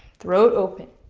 throat open.